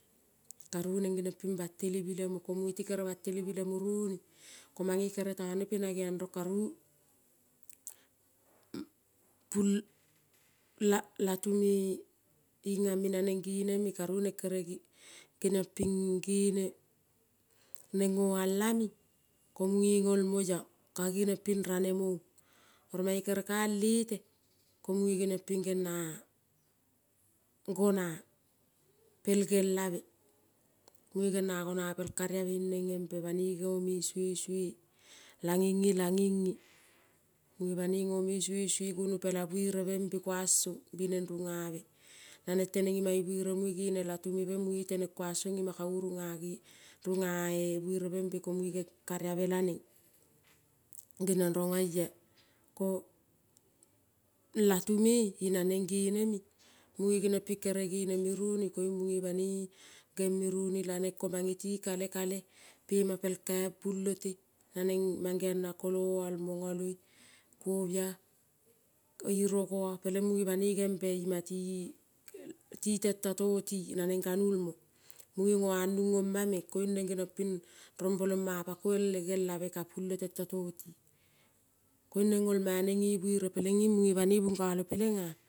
Karunen batelevi le mo mune ti kere batelevi le mo roni komane kere tone pina rong karu pul latu me-e iname nanen geneme karu nen kere gene nen noal. Lame mune nol moi on karan eom, oro mane kere ka al lete ko mune gena gona pel gel gelabe mune genia gona pel gel abe, genia gona pel kariabe banoi nome iswe iswe, lanen lanen mune banoi nome iswe, iswe guono pela buere be kuan song nen runia be nanen tenen i buere muoe gene latu pelen mune tenen kuanson karu runa buere be, be karabia ia ko latu me inanen geneme mune kere genion pin kere geneme roni lanen ko maneti kale kale pe ma pel kai pulote nanen mangeon na kolo, oi monoloi kobia kolrogoa pelen mune banoi gembe ti tento toti. Pin ganuol mo noanun omol men ruombolo ma poku ka pulo tento to ti koun nen nolma neno ne buere pelenin mune banoi bungolo pelena.